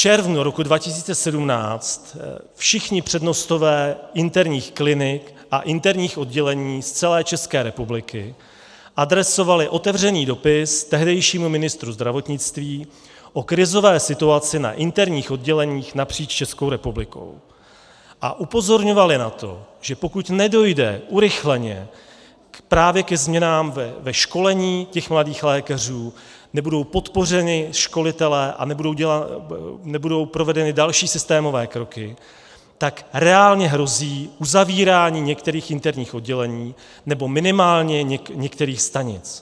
V červnu 2017 všichni přednostové interních klinik a interních oddělení z celé České republiky adresovali otevřený dopis tehdejšímu ministru zdravotnictví o krizové situaci na interních odděleních napříč Českou republikou a upozorňovali na to, že pokud nedojde urychleně právě ke změnám ve školení mladých lékařů, nebudou podpořeni školitelé a nebudou provedeny další systémové kroky, tak reálně hrozí uzavírání některých interních oddělení, nebo minimálně některých stanic.